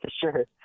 Sure